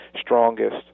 strongest